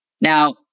Now